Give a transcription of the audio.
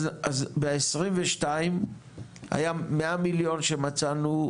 אז ב-2022 היו 100 מיליון שמצאנו,